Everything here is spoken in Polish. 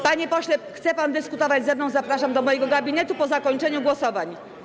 Panie pośle, jak chce pan dyskutować ze mną, to zapraszam do mojego gabinetu po zakończeniu głosowań.